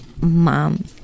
Mom